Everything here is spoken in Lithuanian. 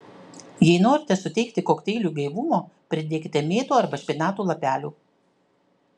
jei norite suteikti kokteiliui gaivumo pridėkite mėtų arba špinatų lapelių